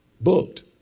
booked